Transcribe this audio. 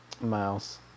Mouse